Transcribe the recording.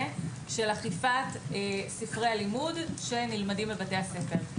של אכיפת ספרי הלימוד שנלמדים בבית הספר.